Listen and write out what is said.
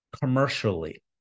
commercially